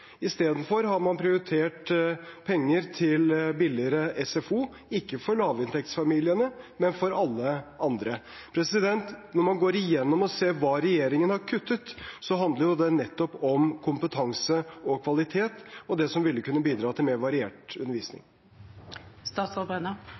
Istedenfor har man prioritert penger til billigere SFO, ikke for lavinntektsfamiliene, men for alle andre. Når man går igjennom og ser hva regjeringen har kuttet, handler det nettopp om kompetanse og kvalitet og det som kunne bidratt til mer variert undervisning.